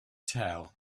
tell